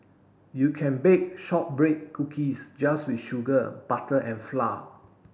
you can bake shortbread cookies just with sugar butter and flour